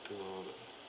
to